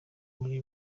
muri